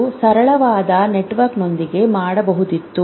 ಇದು ಸರಳವಾದ ನೆಟ್ವರ್ಕ್ನೊಂದಿಗೆ ಮಾಡಬಹುದಿತ್ತು